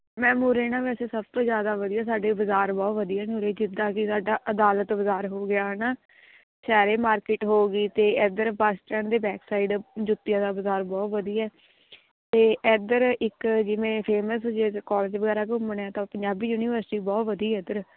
ma'am ਉਰੇ ਨਾ ਵੈਸੇ ਸਭ ਤੋਂ ਜ਼ਿਆਦਾ ਵਧੀਆ ਸਾਡੇ ਬਾਜ਼ਾਰ ਬਹੁਤ ਵਧੀਆ ਨੇ ਉਰੇ ਜਿੱਦਾਂ ਕਿ ਸਾਡਾ ਅਦਾਲਤ ਬਜ਼ਾਰ ਹੋ ਗਿਆ ਹੈ ਨਾ ਸ਼ੇਰ ਏ ਮਾਰਕੀਟ ਹੋ ਗਈ ਅਤੇ ਇੱਧਰ ਬੱਸ ਸਟੈਂਡ ਦੇ ਬੈਕ ਸਾਈਡ ਜੁੱਤੀਆਂ ਦਾ ਬਾਜ਼ਾਰ ਬਹੁਤ ਵਧੀਆ ਹੈ ਅਤੇ ਇੱਧਰ ਇੱਕ ਜਿਵੇਂ ਫੇਮਸ ਜੇ ਕੋਲੇਜ ਵਗੈਰਾ ਘੁੰਮਣੇ ਆ ਤਾਂ ਪੰਜਾਬੀ ਯੂਨੀਵਰਸਿਟੀ ਬਹੁਤ ਵਧੀਆ ਇੱਧਰ